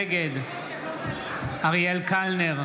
נגד אריאל קלנר,